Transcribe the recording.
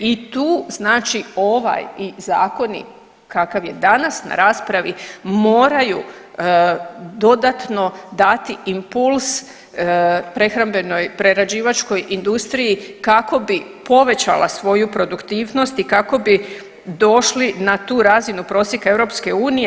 I tu znači ovaj i zakoni kakav je danas na raspravi moraju dodatno dati impuls prehrambenoj, prerađivačkoj industriji kako bi povećala svoju produktivnost i kako bi došli na tu razinu prosjeka EU.